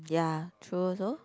ya true also